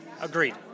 Agreed